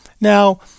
Now